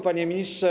Panie Ministrze!